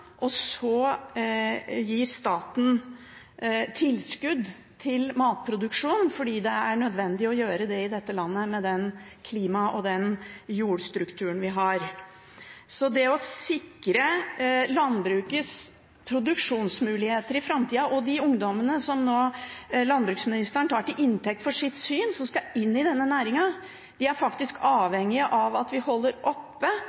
Så gir staten tilskudd til matproduksjon, fordi det er nødvendig å gjøre det i dette landet, med den klima- og jordstrukturen vi har, for å sikre landbrukets produksjonsmuligheter i framtida. De ungdommene som landbruksministeren nå tar til inntekt for sitt syn, som skal inn i denne næringen, er faktisk avhengige av at vi holder oppe